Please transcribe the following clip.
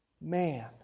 man